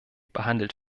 behandelt